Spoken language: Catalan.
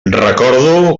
recordo